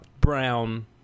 brown